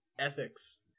ethics